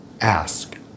Ask